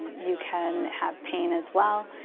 you can have pain as well.